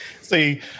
see